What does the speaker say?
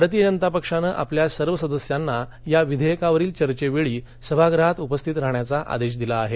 भारतीय जनता पक्षानं आपल्या सर्व सदस्यांना या विधेयकावरील चर्चेवेळी सभागृहात उपस्थित राहाण्याचा आदेश दिला आहे